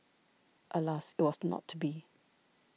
alas it was not to be